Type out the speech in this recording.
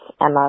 Emma